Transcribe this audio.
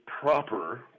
proper